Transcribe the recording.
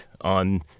on